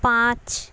পাঁচ